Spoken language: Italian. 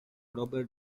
robert